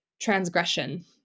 transgression